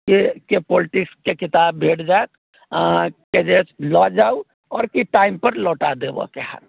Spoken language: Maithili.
के के पोल्टिक्सके किताब भेट जाएत अहाँकेँ जे लऽ जाउ आओर कि टाइम पर लौटा देबऽके होएत